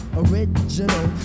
original